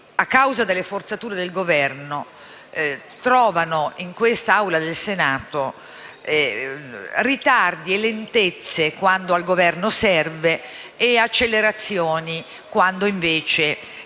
a causa delle forzature del Governo, si traduce in quest'Aula del Senato in ritardi e lentezze quando al Governo serve e in accelerazioni quando invece